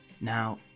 Now